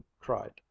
cried